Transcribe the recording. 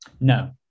No